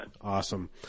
Awesome